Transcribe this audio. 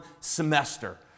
semester